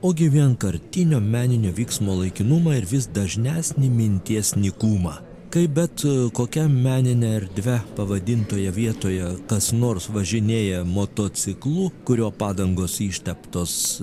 ogi vienkartinio meninio vyksmo laikinumą ir vis dažnesnį minties nykumą kai bet kokia menine erdve pavadintoje vietoje kas nors važinėja motociklu kurio padangos išteptos